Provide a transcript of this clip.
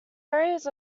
areas